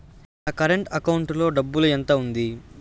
నా current account లో డబ్బులు ఎంత ఉంది?